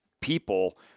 people